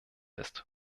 ist